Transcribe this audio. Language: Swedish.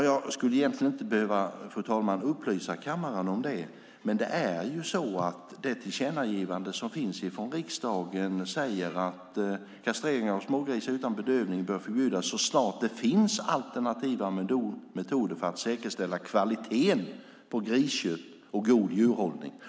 Jag skulle egentligen inte behöva upplysa kammaren om det, men det tillkännagivande som finns från riksdagen säger att kastrering av smågrisar utan bedövning bör förbjudas så snart det finns alternativa metoder för att säkerställa kvaliteten på grisköttet och god djurhållning.